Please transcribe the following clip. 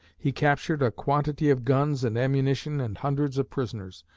he captured a quantity of guns and ammunition and hundreds of prisoners.